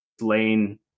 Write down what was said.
Lane